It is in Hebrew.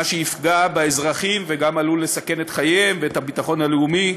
מה שיפגע באזרחים וגם עלול לסכן את חייהם ואת הביטחון הלאומי,